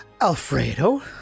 Alfredo